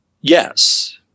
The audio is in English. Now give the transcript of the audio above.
Yes